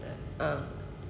ah